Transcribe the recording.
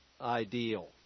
ideal